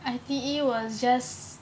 I_T_E was just